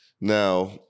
now